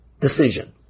decision